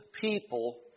people